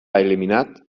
eliminat